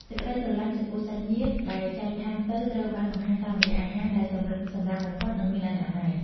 សេចក្តីស្រឡាញ់ចំពោះសាច់ញាតិដែលចែកឋានទៅត្រូវបានបង្ហាញតាមរយៈអាហារដែលសម្រិតសម្រាំងបំផុត និងមានអនាម័យ។